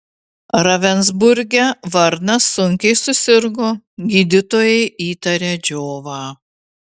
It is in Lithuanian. ravensburge varnas sunkiai susirgo gydytojai įtarė džiovą